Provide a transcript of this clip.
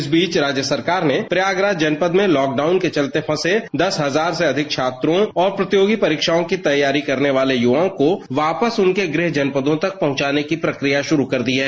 इस बीच राज्य सरकार ने प्रयागराज जनपद में लॉकडाउन के चलते फंसे दस हजार से अधिक छात्रों और प्रतियोगी परीक्षाओं की तैयारी करने वाले युवाओं को वापस उनके गृह जनपदों तक पहुंचाने की प्रक्रिया शुरू कर दी है